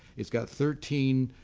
it's got thirteen